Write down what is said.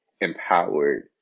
empowered